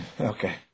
Okay